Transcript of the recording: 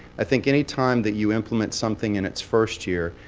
i think any time that you implement something in its first year,